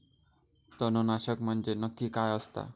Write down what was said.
तणनाशक म्हंजे नक्की काय असता?